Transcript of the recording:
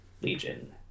legion